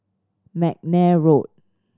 McNair Road